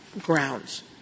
grounds